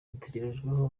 mutegerejweho